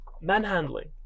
manhandling